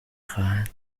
خواهند